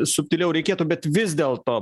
subtiliau reikėtų bet vis dėlto